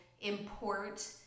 import